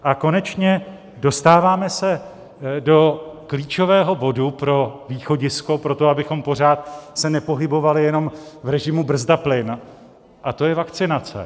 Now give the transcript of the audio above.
A konečně dostáváme se do klíčového bodu pro východisko pro to, abychom se pořád nepohybovali jenom v režimu brzda plyn, a to je vakcinace.